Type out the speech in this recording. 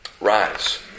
Rise